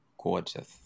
gorgeous